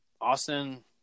Austin